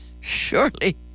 surely